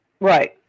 Right